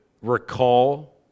recall